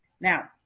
now